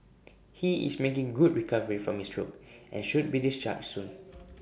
he is making good recovery from his stroke and should be discharged soon